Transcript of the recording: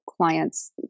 clients